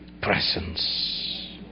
presence